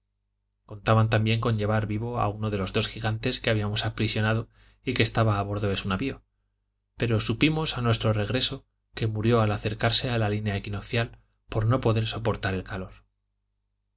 contaban también con llevar vivo a uno áe los dos gigantes que habíamos aprisionado y que estaba a bordo de su navio pero supimos a nuestro regreso que murió al acercarse a la línea equinoccial por no poder soportar el calor